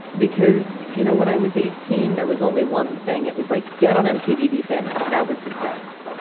because, you know when i was eighteen, there was only one thing. it was, like, get on mtv, be famous. that was success.